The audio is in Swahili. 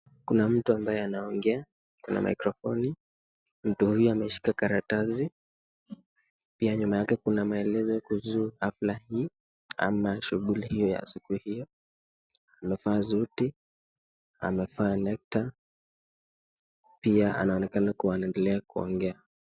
Kuna mtu ambaye anaongea, kuna mikrofoni watu wawili wameshika karatasi pia nyuma yake kuna maelezo kuhusu hafla hii ama shughuli ya siku hiyo. Amevaa suti, amevaa nekta pia anaonekana kuendelea kuongea.